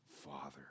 father